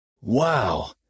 Wow